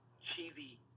cheesy